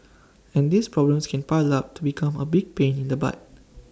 and these problems can pile up to become A big pain in the butt